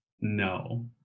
No